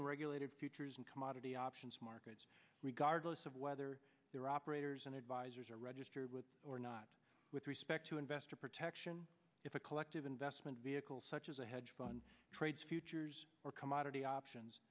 unregulated futures and commodity options markets regardless of whether their operators and advisers are registered with or not with respect to investor protection if a collective investment vehicle such as a hedge fund trades futures or commodity options